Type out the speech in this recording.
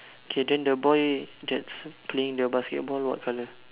okay then the boy that's the playing the basketball what colour